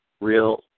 real